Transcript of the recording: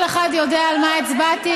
כל אחד יודע על מה הצבעתי,